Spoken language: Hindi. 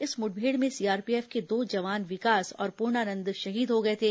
इस मुठभेड़ में सीआरपीएफ के दो जवान विकास और पूर्णानंद शहीद हो गए थे